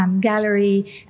gallery